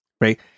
right